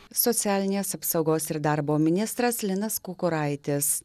socialinės apsaugos ir darbo ministras linas kukuraitis